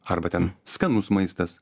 arba ten skanus maistas